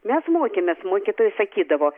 mes mokėmės mokytojai sakydavo